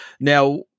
Now